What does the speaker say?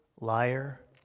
liar